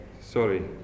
Sorry